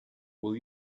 will